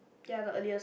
ya the earliest one